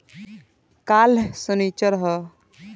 काल्ह सनीचर ह